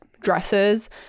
dresses